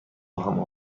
خواهم